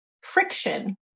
friction